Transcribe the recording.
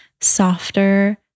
softer